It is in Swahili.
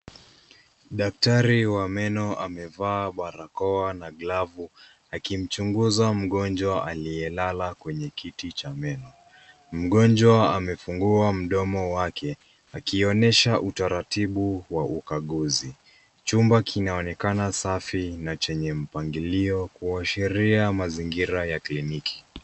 Daktari wa meno amevaa barakoa na glavu akimchunguza mgonjwa aliyelala kwenye kiti cha meno. Mgonjwa amefungua mdomo wake akionyesha utaratibu wa ukaguzi. Chumba kinaonekana safi na chenye mpangilio kuashiria mazingira ya kliniki.